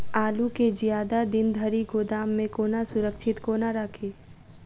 आलु केँ जियादा दिन धरि गोदाम मे कोना सुरक्षित कोना राखि?